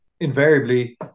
Invariably